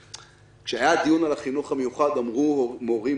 כשהיה דיון על החינוך המיוחד אמרו מורים,